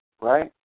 right